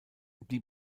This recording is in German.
die